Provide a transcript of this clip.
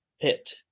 pit